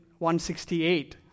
168